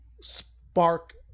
spark